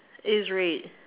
it is red